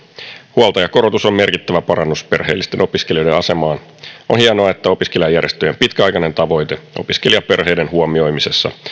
huoltajakorotus on merkittävä parannus perheellisten opiskelijoiden asemaan on hienoa että opiskelijajärjestöjen pitkäaikainen tavoite opiskelijaperheiden huomioimisesta